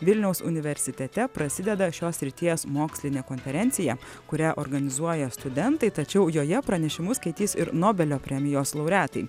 vilniaus universitete prasideda šios srities mokslinė konferencija kurią organizuoja studentai tačiau joje pranešimus skaitys ir nobelio premijos laureatai